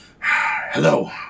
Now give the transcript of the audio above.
Hello